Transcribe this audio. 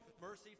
mercy